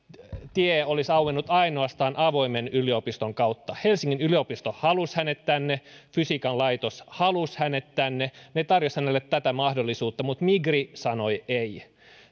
tie olisi auennut ainoastaan avoimen yliopiston kautta helsingin yliopisto halusi hänet tänne fysiikan laitos halusi hänet tänne he tarjosivat hänelle tätä mahdollisuutta mutta migri sanoi ei